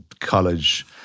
College